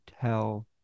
tell